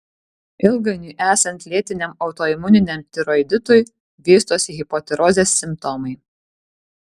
ilgainiui esant lėtiniam autoimuniniam tiroiditui vystosi hipotirozės simptomai